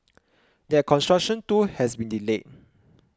that construction too has been delayed